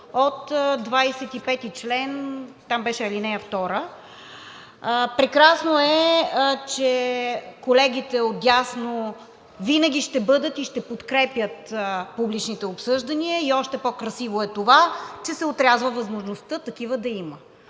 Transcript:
от чл. 25 – там беше ал. 2. Прекрасно е, че колегите отдясно винаги ще бъдат и ще подкрепят публичните обсъждания и още по-красиво е това, че се отрязва възможността такива да има.